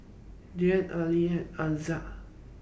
Dian Aqil and Aizat